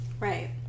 Right